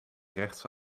rechts